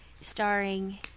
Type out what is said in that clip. starring